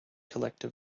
collector